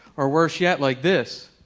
or worse yet, like this.